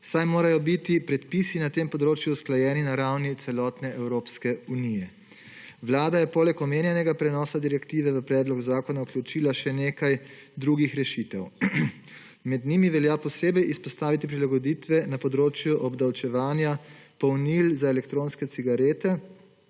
saj morajo biti predpisi na tem področju usklajeni na ravni celotne Evropske unije. Vlada je poleg omenjenega prenosa direktive v predlog zakona vključila še nekaj drugih rešitev. Med njimi velja posebej izpostaviti prilagoditve na področju obdavčevanja polnil za elektronske cigarete,